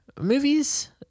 movies